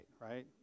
right